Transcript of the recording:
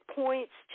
points